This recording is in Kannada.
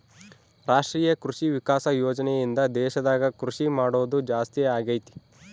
ರಾಷ್ಟ್ರೀಯ ಕೃಷಿ ವಿಕಾಸ ಯೋಜನೆ ಇಂದ ದೇಶದಾಗ ಕೃಷಿ ಮಾಡೋದು ಜಾಸ್ತಿ ಅಗೈತಿ